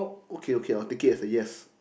okay okay I will take it as a yes